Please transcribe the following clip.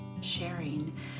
Sharing